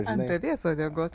ant avies uodegos